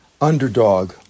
Underdog